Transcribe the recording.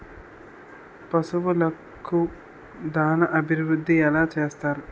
పశువులకు దాన అభివృద్ధి ఎలా చేస్తారు?